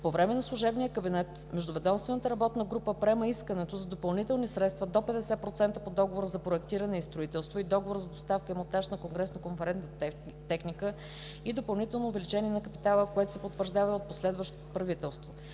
По време на служебния кабинет Междуведомствената работна група приема искането за допълнителни средства до 50% по договора за проектиране и строителство и договора за доставка и монтаж на конгресно-конферентна техника и допълнително увеличение на капитала, което се потвърждава и от последващото правителство.